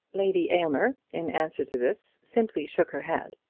lady aylmer, in answer to this, simply shook her head.